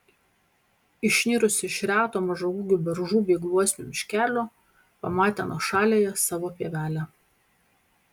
išnirusi iš reto mažaūgių beržų bei gluosnių miškelio pamatė nuošaliąją savo pievelę